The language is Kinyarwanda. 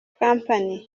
company